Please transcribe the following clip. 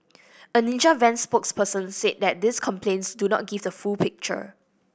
a Ninja Van spokesperson say that these complaints do not give the full picture